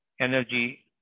energy